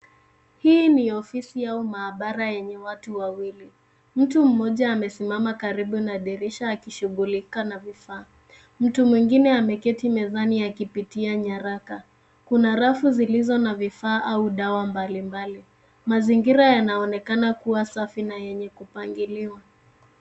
Hii ni ofisi au maabara yenye watu wawili. Mtu mmoja amesimama karibu na dirisha akishughulika na vifaa. Mtu mwingine ameketi mezani akipitia nyaraka. Kuna rafu zilizo na vifaa au dawa mbalimbali. Mazingira yanaonekana kuwa safi na yenye kupangililiwa.